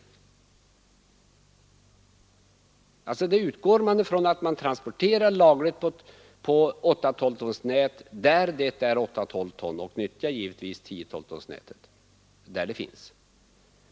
Man utgår då ifrån att man transporterar lagligt på 8 12-tonsnätet där sådant finns.